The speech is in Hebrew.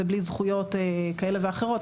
זה בלי זכויות כאלה ואחרות,